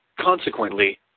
consequently